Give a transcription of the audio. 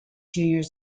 junior